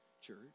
church